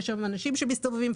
יש שם אנשים שמסתובבים,